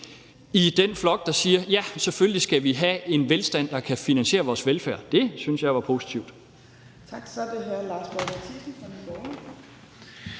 i den flok, der siger: Ja, selvfølgelig skal vi have en sådan velstand, at den kan finansiere vores velfærd. Det synes jeg ville være positivt.